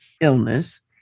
illness